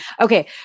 Okay